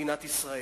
במדינת ישראל.